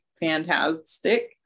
fantastic